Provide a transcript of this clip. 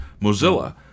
mozilla